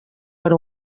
per